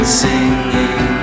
singing